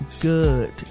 good